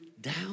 down